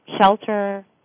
shelter